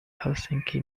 helsinki